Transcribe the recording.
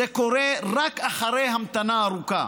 זה קורה רק אחרי המתנה ארוכה,